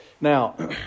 Now